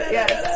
yes